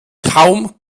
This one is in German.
kaum